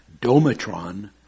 domatron